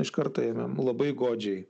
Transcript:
iš karto ėmėm labai godžiai